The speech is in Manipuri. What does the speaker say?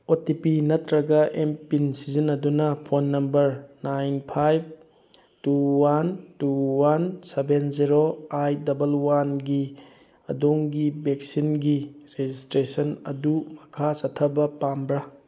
ꯑꯣ ꯇꯤ ꯄꯤ ꯅꯠꯇ꯭ꯔꯒ ꯑꯦꯝ ꯄꯤꯟ ꯁꯤꯖꯤꯟꯅꯗꯨꯅ ꯐꯣꯟ ꯅꯝꯕꯔ ꯅꯥꯏꯟ ꯐꯥꯏꯕ two one two one seven zero eight double ꯋꯥꯟꯒꯤ ꯑꯗꯣꯝꯒꯤ ꯕꯦꯛꯁꯤꯟꯒꯤ ꯔꯦꯖꯤꯁꯇ꯭ꯔꯦꯁꯟ ꯑꯗꯨ ꯃꯈꯥ ꯆꯠꯊꯕ ꯄꯥꯝꯕ꯭ꯔ